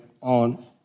On